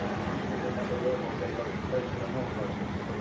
satchmo didn't have to work all day lugging crates in an off license.